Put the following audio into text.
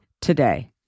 today